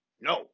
No